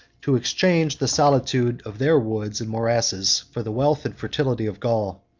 to exchange the solitude of their woods and morasses for the wealth and fertility of gaul.